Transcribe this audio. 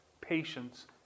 patience